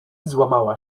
złamała